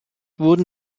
wurden